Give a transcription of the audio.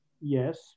Yes